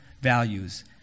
values